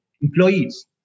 employees